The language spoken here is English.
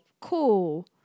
cool